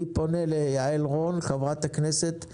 אני פונה לחברת הכנסת יעל רון,